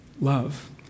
love